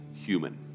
human